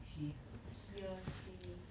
she hear say